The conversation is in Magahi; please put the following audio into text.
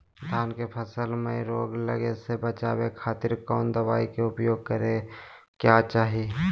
धान के फसल मैं रोग लगे से बचावे खातिर कौन दवाई के उपयोग करें क्या चाहि?